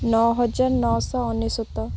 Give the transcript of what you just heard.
ନଅ ହଜାର ନଅଶହ ଅନେଶ୍ୱତ